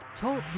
Talk